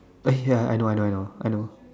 okay ya I know I know I know I know